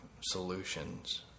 solutions